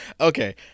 Okay